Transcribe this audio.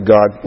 God